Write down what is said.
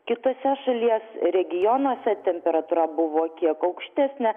kituose šalies regionuose temperatūra buvo kiek aukštesnė